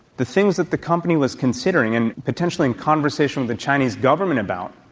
the things that the company was considering and potentially in conversation with the chinese government about,